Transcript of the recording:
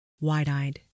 wide-eyed